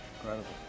Incredible